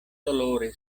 dolore